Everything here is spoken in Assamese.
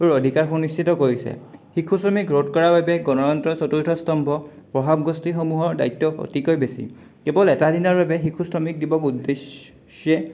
আৰু অধিকাৰ সুনিশ্চিত কৰিছে শিশু শ্ৰমিক ৰোধ কৰাৰ বাবে গণতন্ত্ৰৰ চতুৰ্থ স্তম্ভ প্ৰভাৱ গোষ্ঠীসমূহৰ দায়িত্ব অতিকৈ বেছি কেৱল এটা দিনৰ বাবে শিশু শ্ৰমিক দিৱস উদ্দেশ্যে